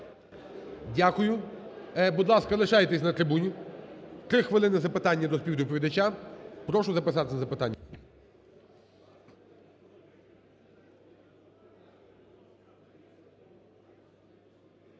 Дякую. Будь ласка, лишайтесь на трибуні. 3 хвилини запитання до співдоповідача, прошу записатись на запитання.